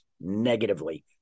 negatively